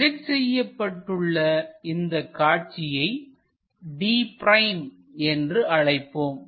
project செய்யப்பட்டுள்ள இந்தக் காட்சியை d' என்று அழைப்போம்